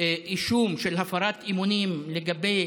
אישום של הפרת אמונים לגבי